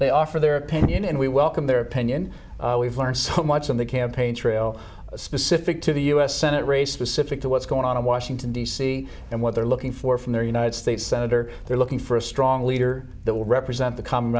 they offer their opinion and we welcome their opinion we've learned so much on the campaign trail specific to the u s senate race specific to what's going on in washington d c and what they're looking for from their united states senator they're looking for a strong leader that will represent the com